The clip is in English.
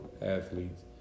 athletes